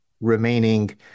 remaining